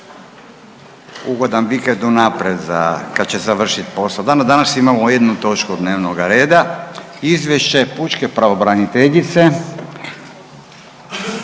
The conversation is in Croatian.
ugodan vikend unaprijed za, kad će završit posao, dana…, danas imamo jednu točku dnevnoga reda. - Izvješće pučke pravobraniteljice